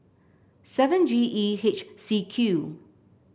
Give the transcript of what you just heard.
seven G E H C Q